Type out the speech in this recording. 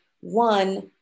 one